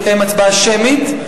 לקיים הצבעה שמית.